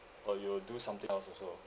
or you'll do something else also